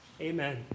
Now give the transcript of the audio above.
amen